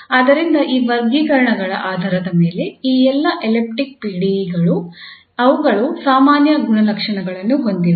ಆದ್ದರಿಂದ ಈ ವರ್ಗೀಕರಣಗಳ ಆಧಾರದ ಮೇಲೆ ಈ ಎಲ್ಲಾ ಎಲಿಪ್ಟಿಕ್ ಪಿಡಿಇಗಳು ಅವುಗಳು ಸಾಮಾನ್ಯ ಗುಣಲಕ್ಷಣಗಳನ್ನು ಹೊಂದಿವೆ